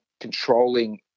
controlling